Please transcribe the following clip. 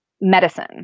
medicine